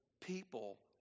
people